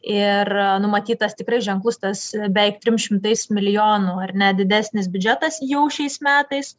ir numatytas tikrai ženklus tas beveik trim šimtais milijonų ar ne didesnis biudžetas jau šiais metais